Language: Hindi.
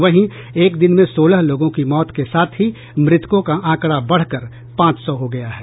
वहीं एक दिन में सोलह लोगों की मौत के साथ ही मृतकों का आंकड़ा बढ़कर पांच सौ हो गया है